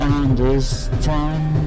understand